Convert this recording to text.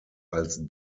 als